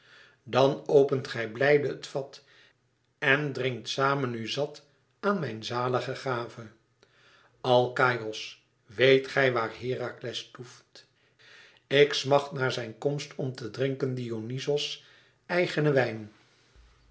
dàn opent gij blijde het vat en drinkt samen u zat aan mijn zalige gave alkaïos weet gij waar herakles toeft ik smàcht naar zijn komst om te drinken dionyzos eigenen wijn